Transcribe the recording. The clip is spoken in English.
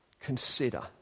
consider